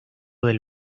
del